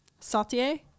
Sautier